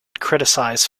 criticized